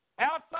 Outside